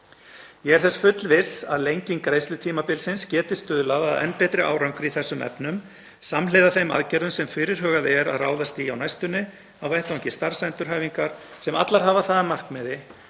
Ég er þess fullviss að lenging greiðslutímabilsins geti stuðlað að enn betri árangri í þessum efnum samhliða þeim aðgerðum sem fyrirhugað er að ráðast í á næstunni á vettvangi starfsendurhæfingar sem allar hafa það að markmiði